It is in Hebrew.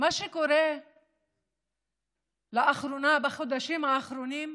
מה שקורה לאחרונה, בחודשים האחרונים,